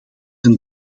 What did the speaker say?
een